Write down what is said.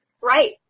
Right